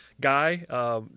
guy